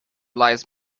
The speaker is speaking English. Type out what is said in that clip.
lies